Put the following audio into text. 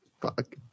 fuck